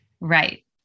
Right